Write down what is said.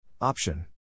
Option